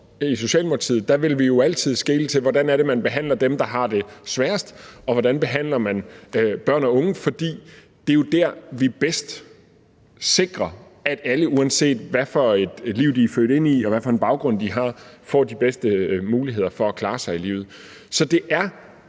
i Socialdemokratiet jo altid vil skele til, hvordan man behandler dem, der har det sværest, og hvordan man behandler børn og unge, fordi det jo er der, vi bedst sikrer, at alle, uanset hvad for et liv de er født ind i, og hvad for en baggrund de har, får de bedste muligheder for at klare sig i livet. Så det er